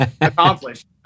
accomplished